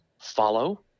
follow